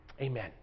Amen